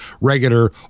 regular